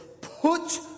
put